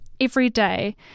everyday